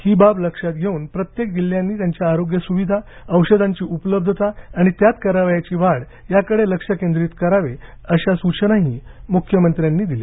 ही बाब लक्षात घेऊन प्रत्येक जिल्ह्यांनी त्यांच्या आरोग्य स्विधा औषधांची उपलब्धता आणि त्यात करावयाची वाढ याकडे लक्ष केंद्रीत करावे अशा सूचनाही मुख्यमंत्र्यांनी दिल्या